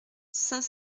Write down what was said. saint